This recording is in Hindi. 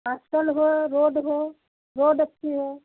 हॉस्टल हो रोड हो रोड अच्छी हो